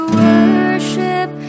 worship